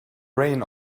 reign